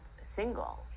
single